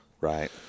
Right